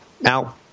Now